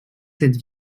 cette